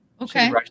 Okay